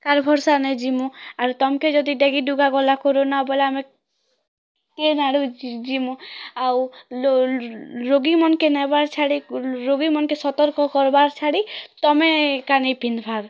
car ଭରସା ନାଇଁ ଜିମୁ ଆର୍ ତମକେ ଯଦି ଡେକି ଡୁକା ଗଲା କୋରନା ବୋଲେ କେନ୍ ଆଡ଼ୁ ଜିମୁ ଆଉ ରୋଗୀମାନ୍କେ ନେବାର ଛାଡ଼ି ରୋଗୀମାନ୍କେ ସତର୍କ କରବାର୍ ଛାଡ଼ି ତମେ ଏକା ନେଇ ପିନ୍ଧିବାର୍